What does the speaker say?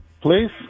Please